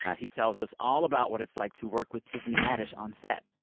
ah he tells us all about what it's like to work with tiffany haddish on set.